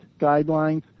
guidelines